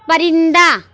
پرندہ